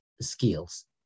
skills